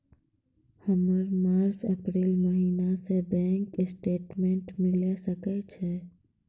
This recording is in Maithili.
हमर मार्च अप्रैल महीना के बैंक स्टेटमेंट मिले सकय छै?